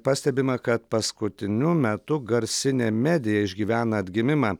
pastebima kad paskutiniu metu garsinė medija išgyvena atgimimą